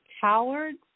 cowards